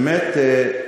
באמת,